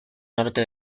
norte